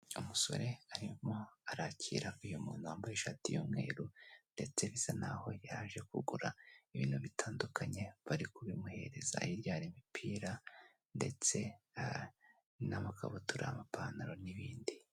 Umusore arimo arakira uyu muntu wambaye ishati y'umweru ndetse bisa n'aho yaje kugura ibintu bitandukanye, bari kubimuhereza. Hirya imipira ndetse n'amakabutura, amapantaro n'ibindi.